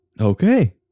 Okay